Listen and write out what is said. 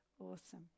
awesome